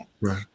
Right